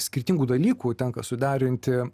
skirtingų dalykų tenka suderinti